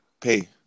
pay